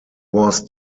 was